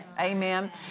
Amen